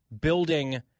building